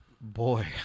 boy